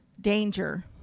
danger